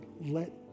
let